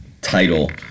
title